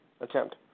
attempt